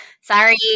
Sorry